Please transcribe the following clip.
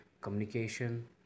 communication